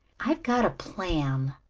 i've got a plan,